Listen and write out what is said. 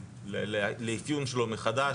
לסידור שלו לחדש,